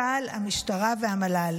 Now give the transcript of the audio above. צה"ל, המשטרה והמל"ל.